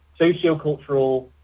sociocultural